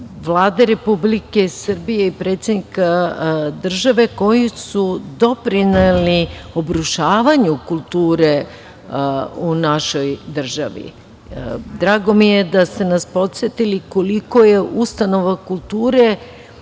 Vlade Republike Srbije i predsednika države koji su doprineli urušavanju kulture u našoj državi. Drago mi je da ste nas podsetili koliko je ustanova kulture